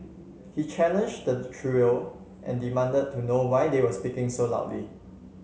he challenged the trio and demanded to know why they were speaking so loudly